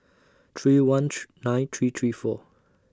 three one three nine three three four